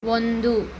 ಒಂದು